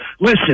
listen